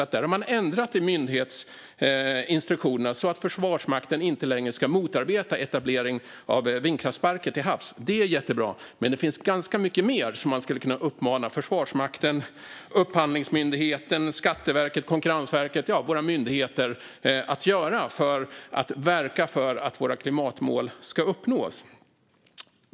Man har ändrat i myndighetsinstruktionerna, så att Försvarsmakten inte längre ska motarbeta etablering av vindkraftsparker till havs. Det är jättebra, men det finns ganska mycket mer som man skulle kunna uppmana Försvarsmakten, Upphandlingsmyndigheten, Skatteverket, Konkurrensverket och andra myndigheter att göra för att verka för att våra klimatmål ska uppnås.